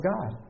God